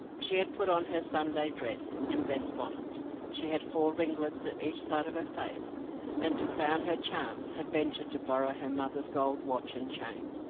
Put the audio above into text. she had put on her sunday dress and best bonnet she had four ringlets at each side of her face and to crown her charms, had ventured to borrow her mother's gold watch and chain.